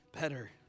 better